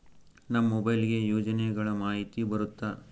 ನಮ್ ಮೊಬೈಲ್ ಗೆ ಯೋಜನೆ ಗಳಮಾಹಿತಿ ಬರುತ್ತ?